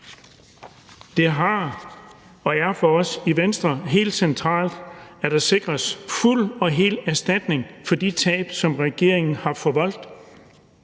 Det har været og er for os i Venstre helt centralt, at der sikres fuld og hel erstatning for de tab, som regeringen har forvoldt.